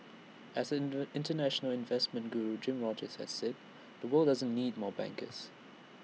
as inter International investment Guru Jim Rogers has said the world doesn't need more bankers